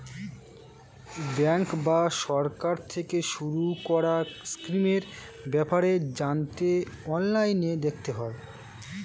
bank বা সরকার থেকে শুরু করা স্কিমের ব্যাপারে জানতে অনলাইনে দেখতে হয়